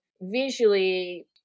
visually